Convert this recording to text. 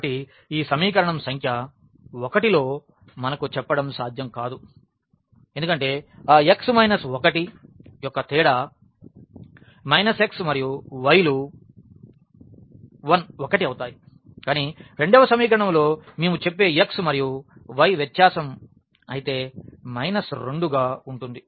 కాబట్టి ఈ సమీకరణం సంఖ్య 1 లో మనకు చెప్పడం సాధ్యం కాదు ఎందుకంటే ఆ x 1 యొక్క తేడా x మరియు y లు 1 అవుతాయి కానీ రెండవ సమీకరణంలో మేము చెప్పే x మరియు y వ్యత్యాసం అయితే 2 గా ఉంటుంది